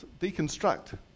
Deconstruct